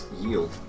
yield